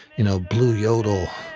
you know, blue yodel